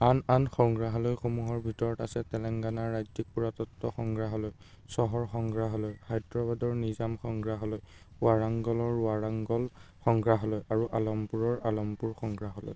আন আন সংগ্ৰহালয়সমূহৰ ভিতৰত আছে তেলেংগানা ৰাজ্যিক পুৰাতত্ত্ব সংগ্ৰহালয় চহৰ সংগ্ৰহালয় হায়দ্ৰাবাদৰ নিজাম সংগ্ৰহালয় ৱাৰাংগলৰ ৱাৰাংগল সংগ্ৰহালয় আৰু আলমপুৰৰ আলমপুৰ সংগ্ৰহালয়